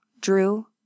drew